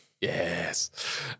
Yes